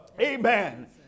Amen